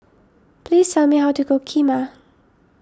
please tell me how to cook Kheema